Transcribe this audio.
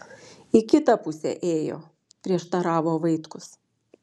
į kitą pusę ėjo prieštaravo vaitkus